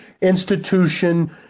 institution